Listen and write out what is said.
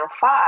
five